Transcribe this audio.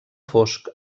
fosc